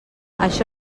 això